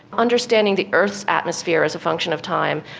understanding the earth's atmosphere as a function of time.